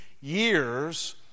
years